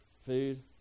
food